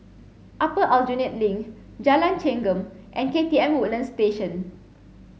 Upper Aljunied Link Jalan Chengam and K T M Woodlands Station